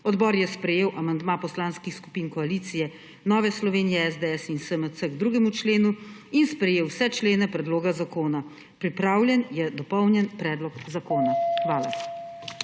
Odbor je sprejel amandma poslanskih skupin koalicije Nove Slovenije, SDS in SMC k 2. členu in sprejel vse člene predloga zakona. Pripravljen je dopolnjen predlog zakona. Hvala.